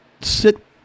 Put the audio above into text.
sit